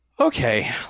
Okay